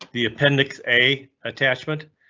the appendix a attachment,